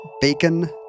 Bacon